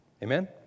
Amen